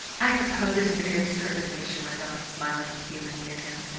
i suppose it is very absurd of me, she went on, smiling appealingly at him,